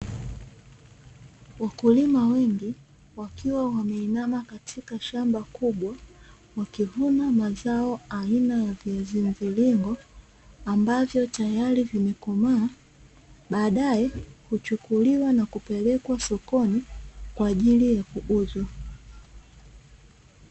Wakulima wengi wakiwa wameinama katika shamba kubwa, wakivuna mazao aina ya viazi mviringo ambavyo tayari vimekomaa, baadaye huchukuliwa na kupelekwa sokoni kwa ajili ya kuuzwa.